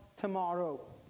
tomorrow